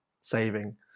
saving